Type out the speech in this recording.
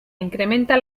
incrementa